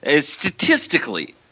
Statistically